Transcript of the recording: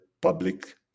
public